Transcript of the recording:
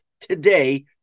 today